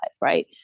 Right